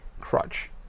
crutch